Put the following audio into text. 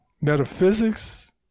metaphysics